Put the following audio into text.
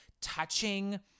touching